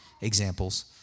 examples